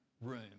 room